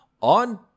on